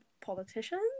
politicians